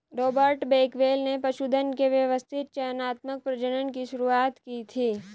Robert Bakewell ने पशुधन के व्यवस्थित चयनात्मक प्रजनन की शुरुआत की थी